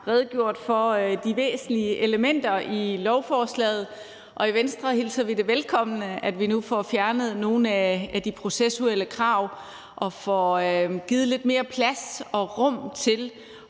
redegjort for de væsentlige elementer i lovforslaget. I Venstre hilser vi det velkommen, at vi nu får fjernet nogle af de processuelle krav og får givet lidt mere plads og rum til